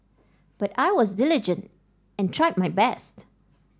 but I was diligent and tried my best